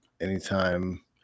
Anytime